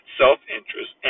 self-interest